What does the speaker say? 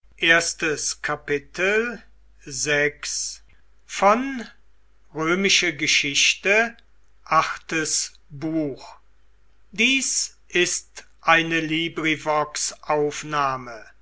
sind ist eine